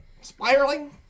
Spiraling